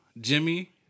Jimmy